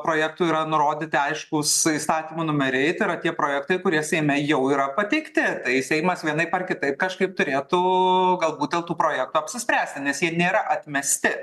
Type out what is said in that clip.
projektų yra nurodyti aiškūs įstatymo numeriai tai yra tie projektai kurie seime jau yra pateikti tai seimas vienaip ar kitaip kažkaip turėtų galbūt dėl tų projekto apsispręsti nes jie nėra atmesti